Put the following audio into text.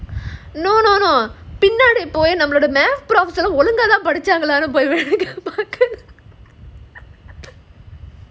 no no no பின்னாடி போய் நம்மளோட:pinnaadi poi nammala mathematics professor ஒழுங்காதான் படிச்சாங்களானு போய் பார்க்கனும்:olungathaan padichaangalaanu poi paarkanum